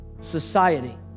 society